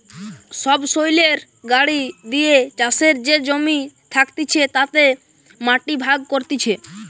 সবসৈলের গাড়ি দিয়ে চাষের যে জমি থাকতিছে তাতে মাটি ভাগ করতিছে